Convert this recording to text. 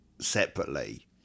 separately